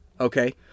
Okay